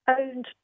owned